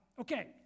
okay